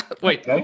Wait